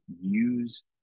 use